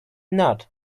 not